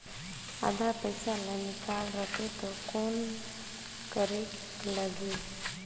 आधा पइसा ला निकाल रतें तो कौन करेके लगही?